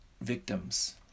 victims